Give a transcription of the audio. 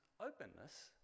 openness